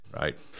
right